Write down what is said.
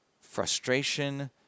frustration